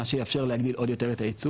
מה שיאפשר עוד יותר להגדיל